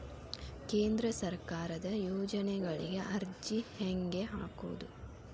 ಕೇಂದ್ರ ಸರ್ಕಾರದ ಯೋಜನೆಗಳಿಗೆ ಅರ್ಜಿ ಹೆಂಗೆ ಹಾಕೋದು?